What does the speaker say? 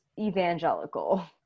evangelical